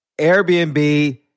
Airbnb